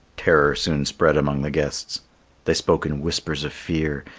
terror soon spread among the guests they spoke in whispers of fear,